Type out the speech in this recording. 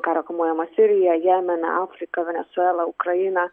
karo kamuojamą siriją jemeną afriką venesuelą ukrainą